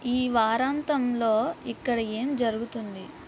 ఈ వారంతంలో ఇక్కడ ఏం జరుగుతుంది